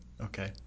Okay